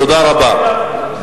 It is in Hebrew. תודה רבה.